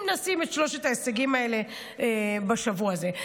אם נשים את שלושת ההישגים האלה בשבוע הזה.